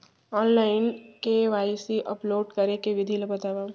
Online KYC upload करे के विधि ला बतावव?